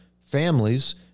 families